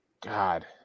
God